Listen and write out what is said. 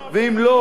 ואם לא,